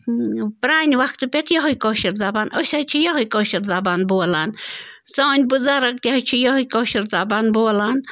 پرانہِ وَقتہٕ پٮ۪ٹھ یِہَے کٲشِر زبان أسۍ حظ چھِ یِہَے کٲشِر زبان بولان سٲنۍ بُزَرگ تہِ حظ چھِ یِہَے کٲشِر زبان بولان